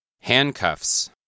Handcuffs